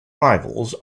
rivals